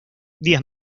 días